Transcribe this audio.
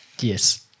Yes